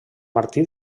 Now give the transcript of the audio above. martí